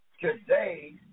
today